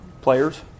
players